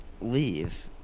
leave